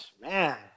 Man